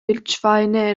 wildschweine